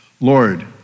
Lord